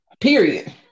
Period